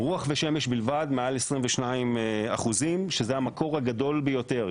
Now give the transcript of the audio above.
רוח ושמש בלבד מעל 22% שזה המקור הגדול ביותר,